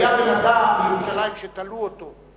היה אדם בירושלים שתלו אותו.